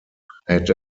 had